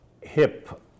hip